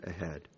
ahead